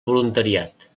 voluntariat